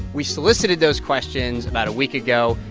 we solicited those questions about a week ago.